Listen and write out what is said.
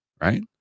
right